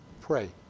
Pray